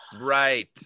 right